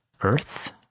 earth